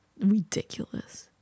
Ridiculous